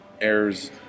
airs